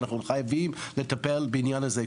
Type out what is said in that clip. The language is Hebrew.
אנחנו חייבים לטפל בעניין הזה.